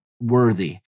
worthy